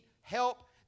help